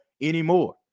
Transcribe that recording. anymore